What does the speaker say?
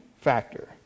factor